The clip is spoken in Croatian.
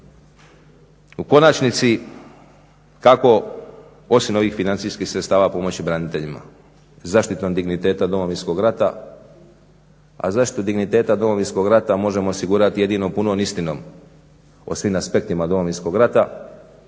U konačnici kako osim ovih financijskih sredstava pomoći branitelja zaštitom digniteta Domovinskog rata, a zaštitu digniteta Domovinskog rata možemo osigurati jedino punom istinom o svim aspektima Domovinskog rata,